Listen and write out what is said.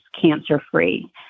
cancer-free